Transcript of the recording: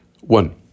One